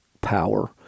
power